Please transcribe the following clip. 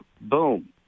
boom